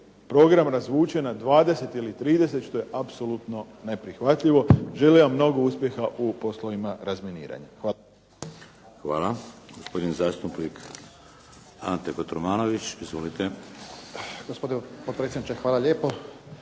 program razvuče na 20 ili 30 što je apsolutno neprihvatljivo. Želim vam mnogo uspjeha u poslovima razminiranja. Hvala. **Šeks, Vladimir (HDZ)** Hvala. Gospodin zastupnik Ante Kotromanović. Izvolite. **Kotromanović, Ante